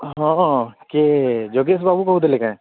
ହଁ ହଁ କିଏ ଯୋଗେଶ ବାବୁ କହୁଥିଲେ କାଁ